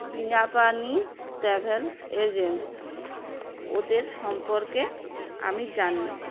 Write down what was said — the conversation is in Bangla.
বিনাপানি ট্র্যাভেল এজেন্সি ওদের সম্পর্কে আমি জানি